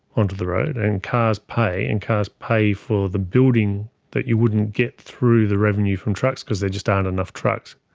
onto the road, and cars pay and cars pay for the building that you wouldn't get through the revenue from trucks because there just aren't enough trucks.